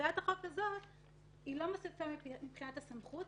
הצעת החוק הזאת אמנם לא מוסיפה מבחינת הסמכות,